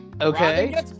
Okay